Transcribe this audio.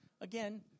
Again